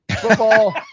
Football